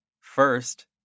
First